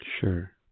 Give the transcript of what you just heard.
Sure